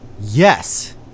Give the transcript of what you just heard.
Yes